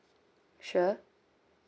sure